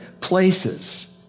places